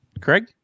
Craig